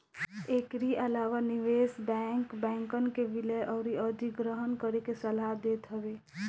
एकरी अलावा निवेश बैंक, बैंकन के विलय अउरी अधिग्रहण करे के सलाह देत हवे